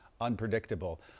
unpredictable